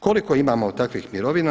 Koliko imamo takvih mirovina?